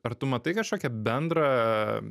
ar tu matai kažkokią bendrą